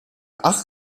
ach